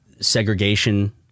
segregation